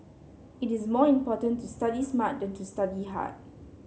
it is more important to study smart than to study hard